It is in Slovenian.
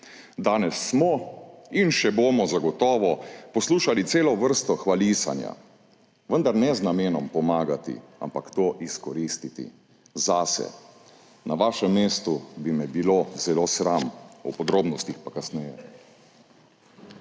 Danes smo in še bomo zagotovo poslušali celo vrsto hvalisanja, vendar ne z namenom pomagati, ampak to izkoristiti zase. Na vašem mestu bi me bilo zelo sram. O podrobnostih pa kasneje.